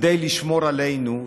כדי לשמור עלינו,